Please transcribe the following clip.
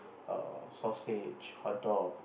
err sausage hot dog